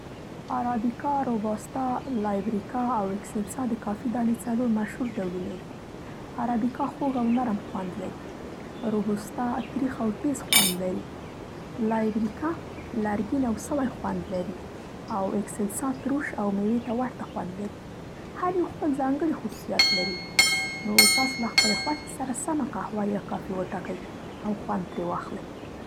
ارابیکا، روبوستا، لایبریکا او اکسلسا د کافي دانې څلور مشهور ډولونه دي. ارابیکا خوږ او نرم خوند لري، روبوستا تریخ او تیز خوند لري. لایبریکا لرګین او سوی خوند لري او اکسلسا تروش او مېوې ته ورته خوند لري. هر یو خپل ځانګړي خصوصیات لري، نو تاسو له خپلې خوښې سره سمه قهوه یا کافي وټاکئ او خوند ترې واخلئ.